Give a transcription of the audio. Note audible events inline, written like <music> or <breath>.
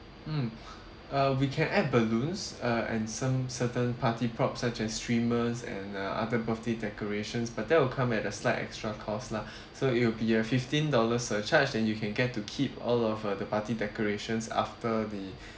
mm <breath> uh we can add balloons uh and some certain party prop such as streamers and uh other birthday decorations but that will come at a slight extra cost lah <breath> so it will be a fifteen dollar surcharge then you can get to keep all of uh the party decorations after the